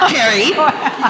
Carrie